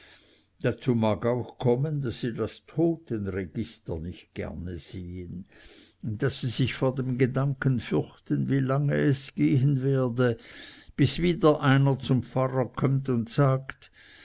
dazu mag auch kommen daß sie das totenregister nicht gerne sehen daß sie sich vor dem gedanken fürchten wie lange es gehen werde bis wieder einer zum pfarrer kömmt und sagt